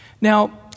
Now